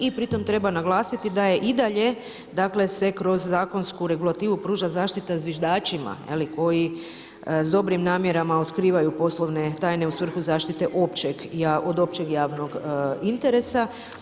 I pritom treba naglasiti da je i dalje, dakle, se kroz zakonsku regulativu pruža zaštita zviždačima koji s dobrim namjeravam otkrivaju poslovne tajne u svrhu zaštite općeg od općeg javnog interesa.